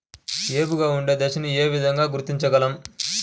ఏపుగా ఉండే దశను ఏ విధంగా గుర్తించగలం?